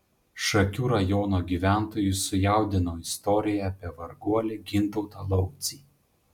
šakių rajono gyventojus sujaudino istorija apie varguolį gintautą laucį